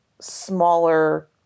smaller